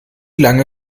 lange